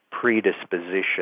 predisposition